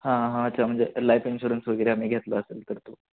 हां हां अच्छा म्हणजे लाईफ इन्शुरन्स वगैरे आम्ही घेतला असेल तर तो